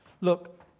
Look